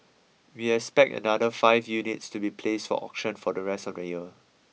we expect another five units to be placed for auction for the rest of the year